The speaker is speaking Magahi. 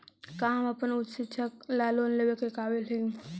का हम अपन उच्च शिक्षा ला लोन लेवे के काबिल ही?